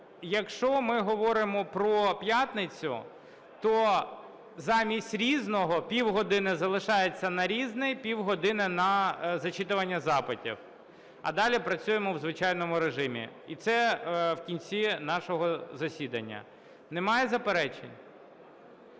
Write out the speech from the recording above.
Якщо ми говоримо про п'ятницю, то замість "Різного" півгодини залишається на "Різне" і півгодини на зачитування запитів. А далі працюємо в звичайному режимі. І це в кінці нашого засідання. Немає заперечень?